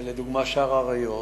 לדוגמה, שער האריות.